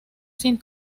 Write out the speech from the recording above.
sin